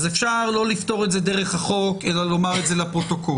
אפשר לא לפתור את זה דרך החוק אלא לומר את זה לפרוטוקול.